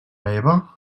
eva